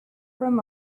from